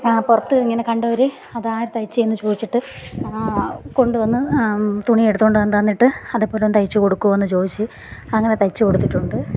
പുറത്ത് ഇങ്ങനെ കണ്ടവർ അത് ആര് തയ്ച്ചത് എന്ന് ചോദിച്ചിട്ട് കൊണ്ട് വന്ന് തുണിയെടുത്തുകൊണ്ട് വന്ന് തന്നിട്ട് അതുപോലെ ഒന്ന് തയ്ച്ചു കൊടുക്കുമോ എന്ന് ചോദിച്ച് അങ്ങനെ തയ്ച്ച് കൊടുത്തിട്ടുണ്ട്